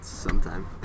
Sometime